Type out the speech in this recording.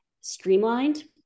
streamlined